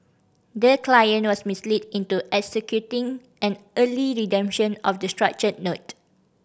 the client was misled into executing an early redemption of the structured note